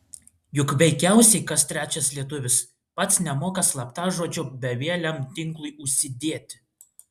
juk veikiausiai kas trečias lietuvis pats nemoka slaptažodžio bevieliam tinklui užsidėti